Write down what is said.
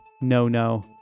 no-no